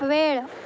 वेळ